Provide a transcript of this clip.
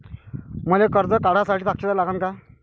मले कर्ज काढा साठी साक्षीदार लागन का?